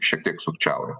šiek tiek sukčiauja